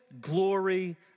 glory